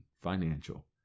financial